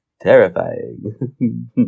Terrifying